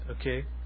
okay